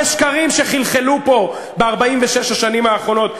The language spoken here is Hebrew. הרבה שקרים שחלחלו פה ב-46 השנים האחרונות.